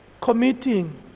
committing